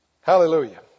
Hallelujah